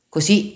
Così